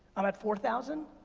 i'm at four thousand.